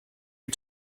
you